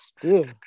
dude